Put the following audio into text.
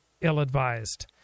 ill-advised